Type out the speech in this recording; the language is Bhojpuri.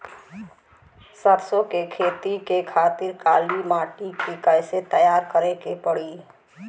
सरसो के खेती के खातिर काली माटी के कैसे तैयार करे के पड़ी?